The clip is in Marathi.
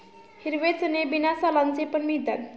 हिरवे चणे बिना सालांचे पण मिळतात